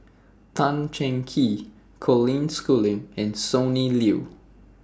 Tan Cheng Kee Colin Schooling and Sonny Liew